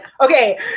Okay